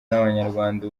n’abanyarwanda